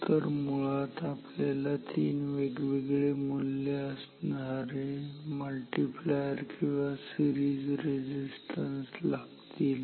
तर मुळात आपल्याला तीन वेगवेगळे मूल्य असणारे मल्टिप्लायर किंवा सिरीज रेझिस्टन्स लागतील